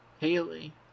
Haley